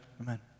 Amen